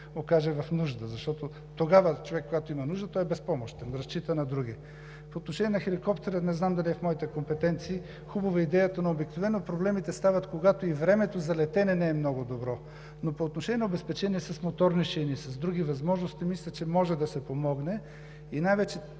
окаже в нужда. Защото когато човек има нужда, той е безпомощен, разчита на другия. По отношение на хеликоптера, не знам дали е в моите компетенции. Хубава е идеята, но обикновено проблемите стават, когато времето за летене не е много добро. Но по отношение на обезпечение с моторни шейни, с други възможности, мисля, че може да се помогне, и най-вече